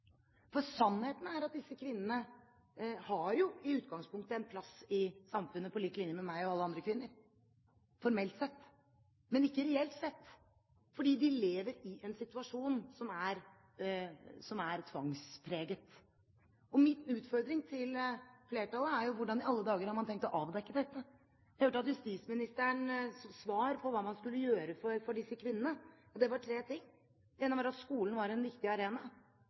For sannheten er at disse kvinnene i utgangspunktet har en plass i samfunnet på lik linje med meg og alle andre kvinner – formelt sett, men ikke reelt sett, fordi de lever i en situasjon som er tvangspreget. Min utfordring til flertallet er: Hvordan i alle dager har man tenkt å avdekke dette? Jeg hørte at justisministerens svar på hva man skulle gjøre for disse kvinnene, var tre ting. Det ene var at skolen var en viktig arena.